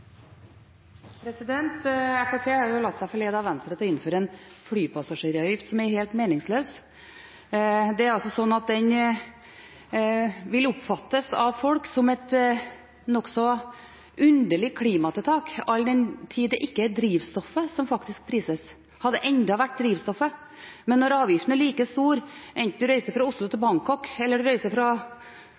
Det er altså slik at den vil oppfattes av folk som et nokså underlig klimatiltak, all den tid det ikke er drivstoffet som faktisk prises. Hadde det enda vært drivstoffet! Men når avgiften er like stor, enten en reiser fra Oslo til Bangkok, eller en reiser